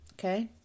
okay